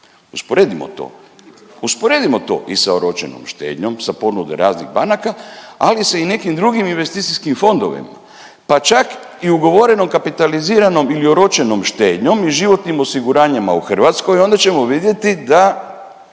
usporedimo to i sa oročenom štednjom sa ponude raznih banaka, ali i sa nekim drugih investicijskim fondovima, pa čak i ugovorenom kapitaliziranom ili oročenom štednjom i životnim osiguranjima u Hrvatskoj, onda ćemo vidjeti da